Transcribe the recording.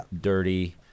dirty